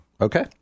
Okay